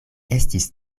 estis